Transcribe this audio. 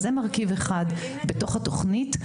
זה מרכיב אחד בתוך התוכנית.